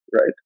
right